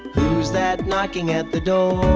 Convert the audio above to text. who's that knocking at the door?